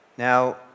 Now